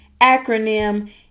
acronym